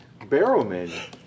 Barrowman